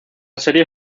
serie